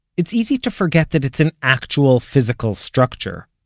it's easy to forget that it's an actual physical structure.